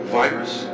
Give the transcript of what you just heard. virus